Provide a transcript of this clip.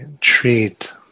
treat